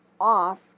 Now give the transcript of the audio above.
off